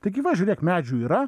taigi va žiūrėk medžių yra